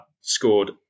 scored